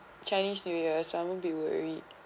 chinese new year some more be worried